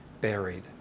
buried